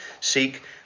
seek